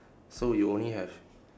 so you only have